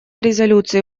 резолюции